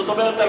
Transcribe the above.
זאת אומרת,